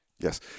Yes